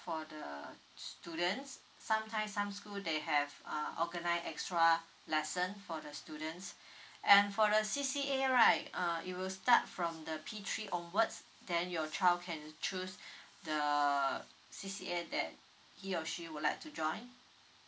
for the students sometimes some school they have uh organise extra lesson for the students and for the C_C_A right uh it will start from the p three onwards then your child can choose the C_C_A that he or she would like to join